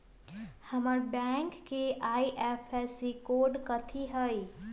हमर बैंक के IFSC code कथि हई?